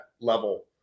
level